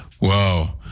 Wow